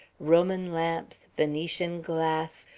roman lamps, venetian glass,